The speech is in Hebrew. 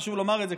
חשוב לומר את זה,